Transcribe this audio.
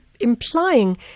implying